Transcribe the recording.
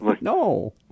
No